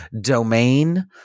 domain